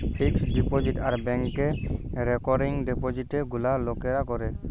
fixed deposit আর ব্যাংকে recurring ডিপোজিটে গুলা লোকরা করে